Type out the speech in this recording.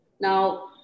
Now